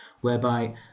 whereby